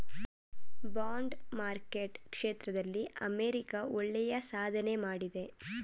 bond market ಕ್ಷೇತ್ರದಲ್ಲಿ America ಒಳ್ಳೆಯ ಸಾಧನೆ ಮಾಡಿದೆ